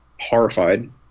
horrified